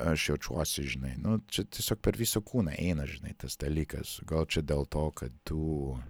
aš jaučiuosi žinai nu čia tiesiog per visą kūną eina žinai tas dalykas gal čia dėl to kad tu